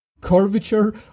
curvature